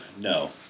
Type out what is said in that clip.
no